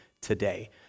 today